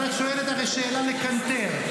אבל את שואלת הרי שאלה מקנטרת.